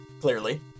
clearly